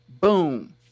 Boom